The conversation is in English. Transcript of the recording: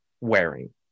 wearing